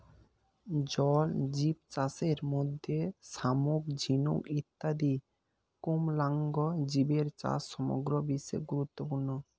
জলজীবচাষের মধ্যে শামুক, ঝিনুক ইত্যাদি কোমলাঙ্গ জীবের চাষ সমগ্র বিশ্বে গুরুত্বপূর্ণ